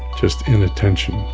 just inattention.